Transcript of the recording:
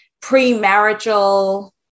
pre-marital